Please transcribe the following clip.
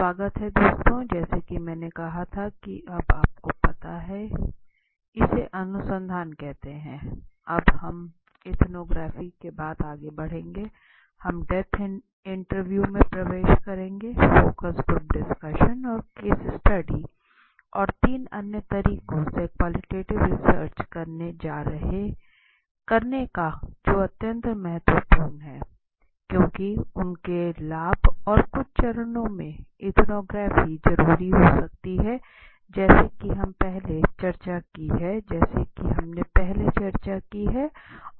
स्वागत है दोस्तों जैसा कि मैंने कहा था कि अब आपको पता हैं इसे अनुसंधान कहते हैं अब हम इथनोग्राफी के बाद आगे बढ़ेंगे हम डेप्थ इंटरव्यू में प्रवेश करेंगे फोकस ग्रुप डिस्कशन और केस स्टडी और तीन अन्य तरीकों से क्वालिटेटिव रिसर्च करने का जो अत्यंत महत्वपूर्ण है क्योंकि उनके लाभ और कुछ चरणों में इथनोग्राफी जरुरी हो सकती है जैसा कि हम पहले चर्चा की हैं और केस स्टडी आवश्यक है